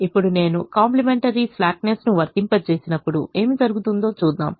ఇప్పుడు నేను కాంప్లిమెంటరీ స్లాక్నెస్ను వర్తింప చేసినప్పుడు ఏమి జరుగుతుందో చూద్దాం